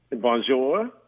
Bonjour